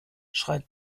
schreit